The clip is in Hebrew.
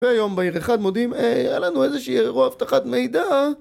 ביום בהיר אחד, מודיעים: היה לנו איזה שהוא אירוע אבטחת מידע